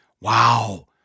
Wow